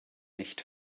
nicht